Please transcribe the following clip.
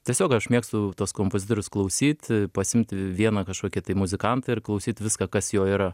tiesiog aš mėgstu tuos kompozitorius klausyt pasiimt vieną kažkokį tai muzikantą ir klausyt viską kas jo yra